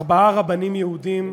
ארבעה רבנים יהודים,